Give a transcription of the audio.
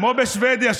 כמו בשבדיה,